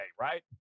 right